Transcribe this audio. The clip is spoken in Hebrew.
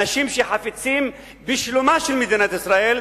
אנשים שחפצים בשלומה של מדינת ישראל,